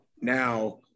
now